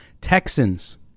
Texans